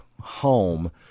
home